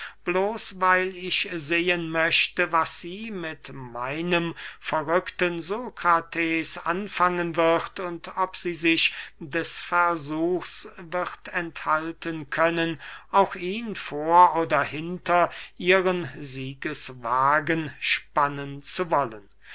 bloß weil ich sehen möchte was sie mit meinem verrückten sokrates anfangen wird und ob sie sich des versuchs wird enthalten können auch ihn vor oder hinter ihren siegeswagen spannen zu wollen